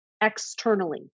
externally